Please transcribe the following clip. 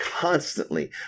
constantly